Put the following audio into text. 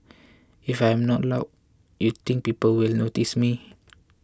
if I am not loud you think people will notice me